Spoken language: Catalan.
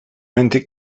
antic